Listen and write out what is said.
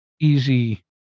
easy